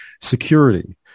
security